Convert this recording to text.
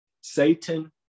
Satan